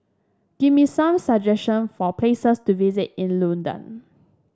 give me some suggestion for places to visit in Luanda